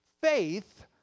faith